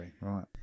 right